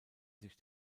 sich